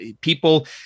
people